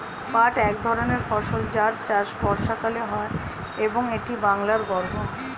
পাট এক ধরনের ফসল যার চাষ বর্ষাকালে হয় এবং এটি বাংলার গর্ব